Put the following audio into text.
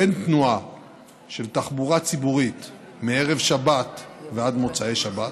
אין תנועה של תחבורה ציבורית מערב שבת ועד מוצאי שבת